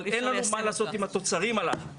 אבל אין לנו מה לעשות עם התוצרים האלה.